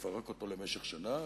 לפרק אותו למשך שנה,